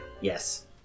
Yes